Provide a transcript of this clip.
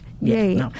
Yay